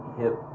hip